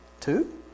Two